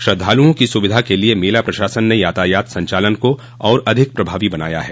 श्रद्धालुओं की सुविधा के लिए मेला प्रशासन ने यातायात संचालन को और अधिक प्रभावी बनाया है